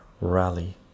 rally